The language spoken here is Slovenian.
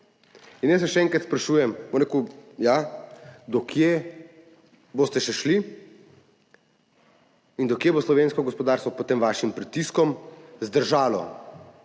In jaz se še enkrat sprašujem, do kje boste še šli in do kje bo slovensko gospodarstvo pod tem vašim pritiskom zdržalo.